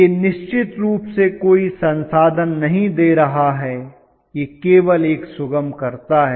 यह निश्चित रूप से कोई संसाधन नहीं दे रहा है यह केवल एक सुगमकर्ता है